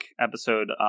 episode